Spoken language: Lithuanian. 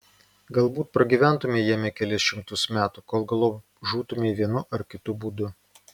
galbūt pragyventumei jame kelis šimtus metų kol galop žūtumei vienu ar kitu būdu